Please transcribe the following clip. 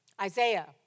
Isaiah